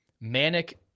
Manic